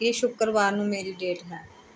ਕੀ ਸ਼ੁੱਕਰਵਾਰ ਨੂੰ ਮੇਰੀ ਡੇਟ ਹੈ